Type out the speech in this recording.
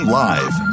live